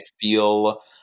feel